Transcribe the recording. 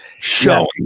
showing